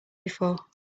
before